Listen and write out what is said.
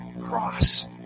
cross